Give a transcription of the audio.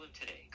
today